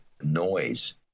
noise